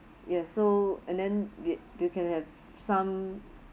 yes so and then we we can have some